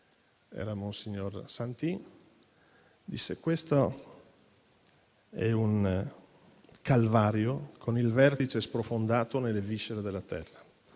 monsignor Santin, è un calvario con il vertice sprofondato nelle viscere della terra.